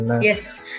Yes